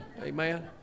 Amen